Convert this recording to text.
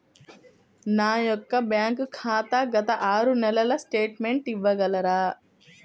నా యొక్క బ్యాంక్ ఖాతా గత ఆరు నెలల స్టేట్మెంట్ ఇవ్వగలరా?